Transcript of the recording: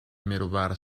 middelbare